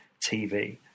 tv